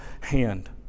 hand